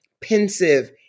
pensive